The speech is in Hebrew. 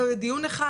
דיון אחד,